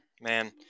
man